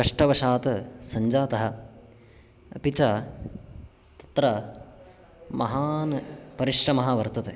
कष्टवशात् सञ्जातः अपि च तत्र महान् परिश्रमः वर्तते